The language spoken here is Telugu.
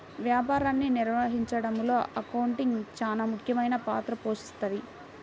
వ్యాపారాన్ని నిర్వహించడంలో అకౌంటింగ్ చానా ముఖ్యమైన పాత్ర పోషిస్తది